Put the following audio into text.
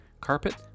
carpet